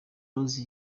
rose